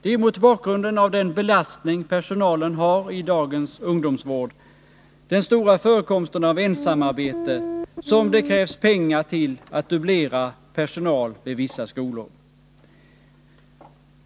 Det är mot bakgrunden av den belastning personalen har i dagens ungdomsvård, den stora förekomsten av ensamarbete, som det krävs pengar till att dubblera personal vid vissa skolor.